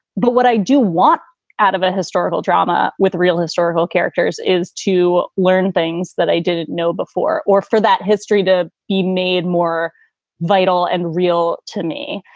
but what i do want out of a historical drama with real historical characters is to learn things that i didn't know before or for that history to be made more vital and real to me.